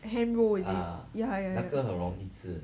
handroll is it ya ya ya